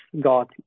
got